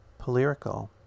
Polyrical